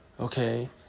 okay